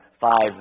five